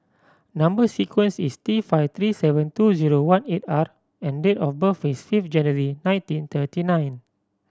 number sequence is T five three seven two zero one eight R and date of birth is fifth January nineteen thirty nine